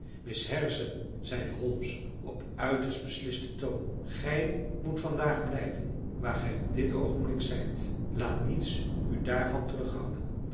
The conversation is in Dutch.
miss harrison zeide holmes op uiterst beslisten toon gij moet vandaag blijven waar gij op dit oogenblik zijt laat niets u daarvan terughouden